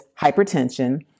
hypertension